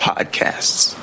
podcasts